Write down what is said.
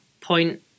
point